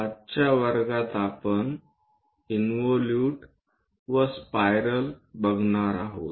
आजच्या वर्गात आपण इंवोलूट व स्पायरल बघणार आहोत